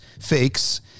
fakes